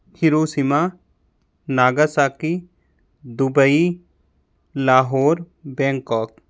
Hiroshima Nagasaki Dubai Lahore Bangkok